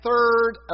third